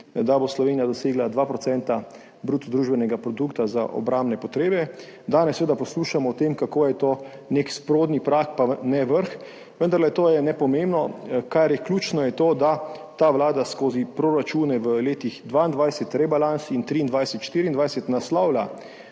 da bo Slovenija dosegla 2 % bruto družbenega produkta za obrambne potrebe, danes seveda poslušamo o tem, kako je to nek spodnji prag in ne vrh. Vendarle je to nepomembno, kar je ključno, je to, da ta vlada skozi proračune v letih 2022, rebalans, in 2023, 2024 naslavlja